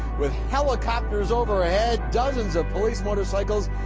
with helicopters overhead, dozens of police motorcycles,